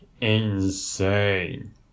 insane